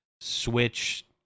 switch